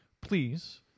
Please